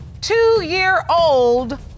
two-year-old